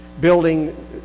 building